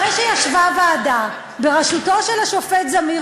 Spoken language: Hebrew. אחרי שישבה ועדה בראשותו של השופט זמיר